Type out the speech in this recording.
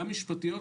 גם משפטיות,